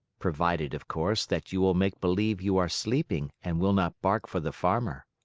provided, of course, that you will make believe you are sleeping and will not bark for the farmer.